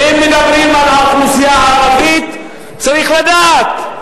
ואם מדברים על האוכלוסייה הערבית, צריך לדעת,